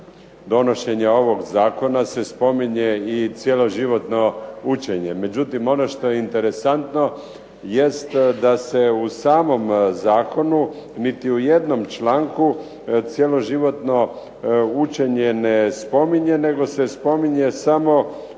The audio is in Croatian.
donošenja ovog Zakona se spominje i cjeloživotno učenje, međutim, ono što je interesantno jest da se u cijelom zakonu, niti u jednom članku cjeloživotno učenje ne spominje nego se spominje samo u onom